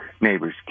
neighbors